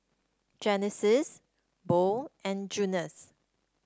Genesis Bo and Junius